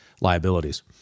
liabilities